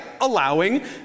allowing